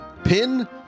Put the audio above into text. pin